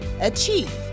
achieve